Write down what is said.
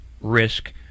risk